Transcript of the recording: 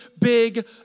big